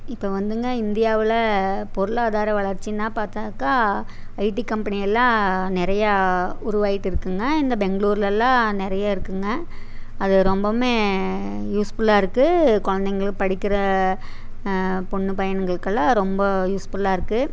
இப்போ வந்துங்க இந்தியாவில் பொருளாதாரம் வளர்ச்சின்னா பார்த்தாக்கா ஐடி கம்பெனியெல்லாம் நிறையா உருவாயிட்டு இருக்குங்க இந்த பெங்களூரில்லாம் நிறைய இருக்குங்க அது ரொம்பவுமே யூஸ்ஃபுல்லாகருக்கு குழந்தைங்க படிக்கிற பொண்ணு பையனுகளுக்கு எல்லாம் ரொம்ப யூஸ்ஃபுல்லாகருக்கு